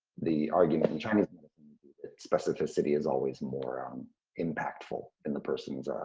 the argument in chinese medicine would be that specificity is always more um impactful in the person's um